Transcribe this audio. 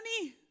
money